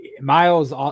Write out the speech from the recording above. Miles